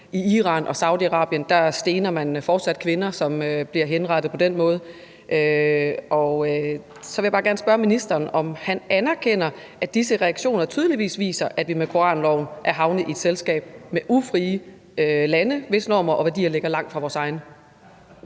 I Iran og Saudi-Arabien stener man fortsat kvinder, som på den måde bliver henrettet. Så vil jeg bare gerne spørge ministeren, om han anerkender, at disse reaktioner tydeligvis viser, at vi med koranloven er havnet i et selskab med ufrie lande, hvis normer og værdier ligger langt fra vores egne.